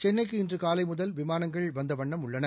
சென்னைக்கு இன்றுகாலைமுதல் விமானங்கள் வந்தவண்ணம் உள்ளன